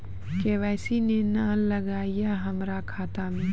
KYC ने न लागल या हमरा खाता मैं?